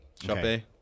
Shopee